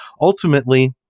ultimately